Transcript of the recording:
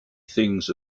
things